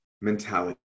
mentality